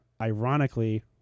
ironically